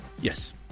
Yes